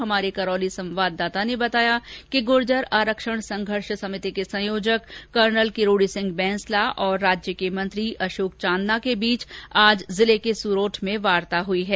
हमारे करौली संवाददाता ने बताया कि गुर्जर आरक्षण संघर्ष समिति के संयोजक कर्नल किरोडी सिंह बैंसला और राज्य के मंत्री अशोक चांदना के बीच आज जिले के सूरोठ में वार्ता हुई है